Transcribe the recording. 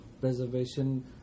preservation